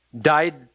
Died